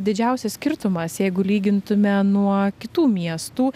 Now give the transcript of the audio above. didžiausias skirtumas jeigu lygintume nuo kitų miestų